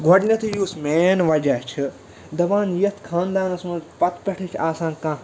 گۄڈٕنٮ۪تھٕے یُس مین وجہ چھِ دَپان یَتھ خانٛدانَس منٛز پَتہٕ پٮ۪ٹھٕے چھِ آسان کانٛہہ